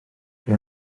dwi